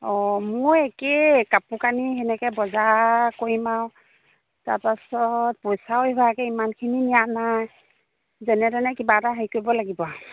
অঁ মোৰ একেই কাপোৰ কানি তেনেকৈ বজাৰ কৰিম আৰু তাৰপাছত পইচাও ইভাগে ইমানখিনি নিয়া নাই যেনে তেনে কিবা এটা হেৰি কৰিব লাগিব আৰু